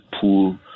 pool